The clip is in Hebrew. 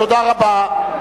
תודה רבה.